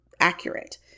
accurate